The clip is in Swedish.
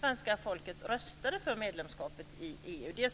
Svenska folket röstade för medlemskapet i EU.